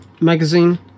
magazine